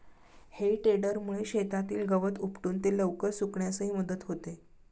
हेई टेडरमुळे शेतातील गवत उपटून ते लवकर सुकण्यासही मदत होते